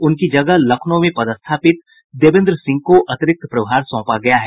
उनकी जगह लखनऊ में पदस्थापित देवेन्द्र सिंह को अतिरिक्त प्रभार सौंपा गया है